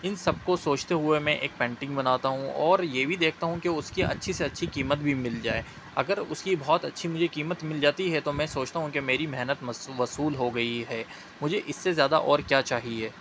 ان سب کو سوچتے ہوئے میں ایک پینٹنگ بناتا ہوں اور یہ بھی دیکھتا ہوں کہ اس کی اچھی سے اچھی قیمت بھی مل جائے اگر اس کی بہت اچھی مجھے قیمت مل جاتی ہے تو میں سوچتا ہوں کہ میری محنت وصول ہو گئی ہے مجھے اس سے زیادہ اور کیا چاہیے